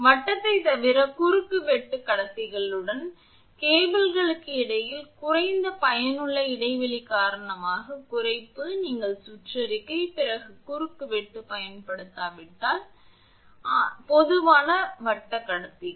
வட்டத்தைத் தவிர குறுக்குவெட்டு கடத்திகளுடன் கேபிள்களுக்கு இடையில் குறைந்த பயனுள்ள இடைவெளி காரணமாக குறைப்பு நீங்கள் சுற்றறிக்கை பிற குறுக்குவெட்டு பயன்படுத்தாவிட்டால் அது இருக்கும் ஆனால் பொதுவாக வட்ட கடத்திகள்